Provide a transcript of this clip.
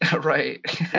Right